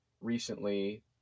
recently